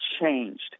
changed